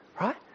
right